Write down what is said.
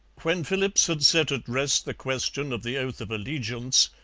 when philipps had set at rest the question of the oath of allegiance,